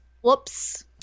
Whoops